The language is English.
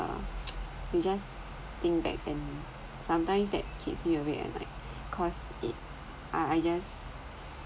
uh you just think back and sometimes that keeps me awake at night cause it I I just